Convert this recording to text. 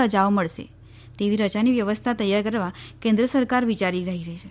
રજાઓ મળે તેવી રજાની વ્યવસ્થા તૈયાર કરવા કેન્રઅ્સરકાર વિયારી રહી છે